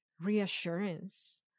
reassurance